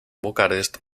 bucarest